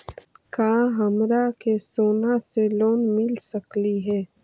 का हमरा के सोना से लोन मिल सकली हे?